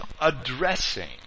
addressing